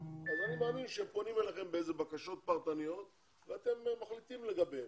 אז אני מאמין שהם פונים אליכם בבקשות פרטניות ואתם מחליטים לגביהם.